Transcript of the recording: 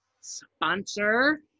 sponsor